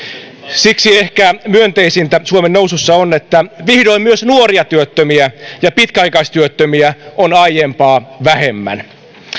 siksi ehkä myönteisintä suomen nousussa on että vihdoin myös nuoria työttömiä ja pitkäaikaistyöttömiä on aiempaa vähemmän